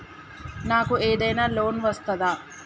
నాకు ఏదైనా లోన్ వస్తదా?